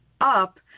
up